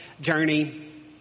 journey